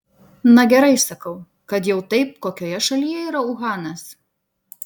na gerai sakau kad jau taip kokioje šalyje yra uhanas